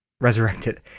resurrected